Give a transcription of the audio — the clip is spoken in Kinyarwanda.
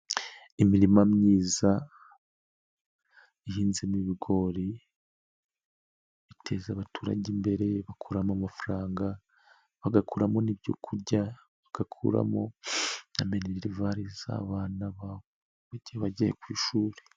Imirima myiza, ihinze n'ibigori, biteza abaturage imbere bakuramo amafaranga, bagakuramo n'i ibyo kurya, bagakuramo na minerivari z'abana babo igihe bagiye ku ishuri.